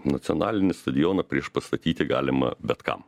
nacionalinį stadioną priešpastatyti galima bet kam